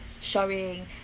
showing